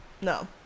No